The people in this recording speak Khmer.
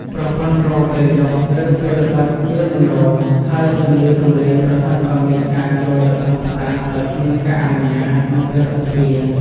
ប្រព័ន្ធរោទ៍ពេលយប់ ឬពេលបិទវានឹងរោទ៍ ហើយបន្លឺសម្លេងប្រសិនបើមានការចូលទៅក្នុងផ្សារដោយគ្មានការអនុញ្ញាតនៅពេលបិទទ្វារ។